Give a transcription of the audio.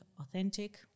authentic